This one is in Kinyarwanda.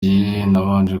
nabanje